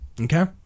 Okay